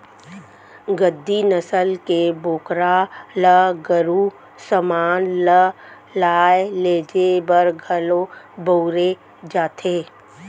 गद्दी नसल के बोकरा ल गरू समान ल लाय लेजे बर घलौ बउरे जाथे